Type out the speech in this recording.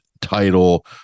title